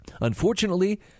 Unfortunately